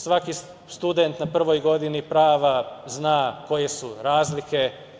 Svaki student na prvoj godini prava zna koje su razlike.